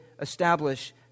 establish